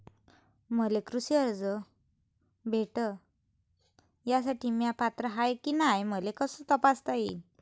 मले कृषी कर्ज भेटन यासाठी म्या पात्र हाय की नाय मले कस तपासता येईन?